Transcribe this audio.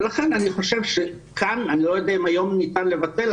אני לא יודע אם היום ניתן לבטל,